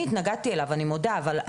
אני מודה שהתנגדתי אליו,